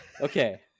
okay